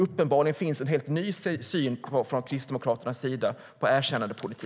Uppenbarligen finns en helt ny syn på erkännandepolitik från Kristdemokraternas sida.